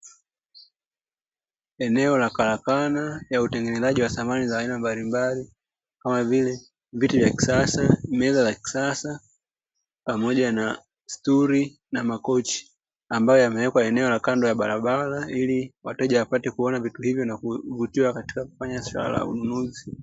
Eneo la karakana ya utengenezaji wa samani za aina mbalimbali kama vile viti vya kisasa, meza za kisasa pamoja na stuli na makochi, ambayo yamewekwa eneo la kando ya barabara ili wateja wapate kuona vitu hivyo na kuvutiwa katika kufanya swala la ununuzi.